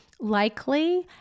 likely